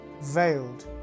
veiled